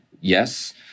yes